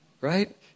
right